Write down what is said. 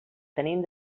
tenim